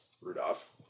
Rudolph